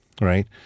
Right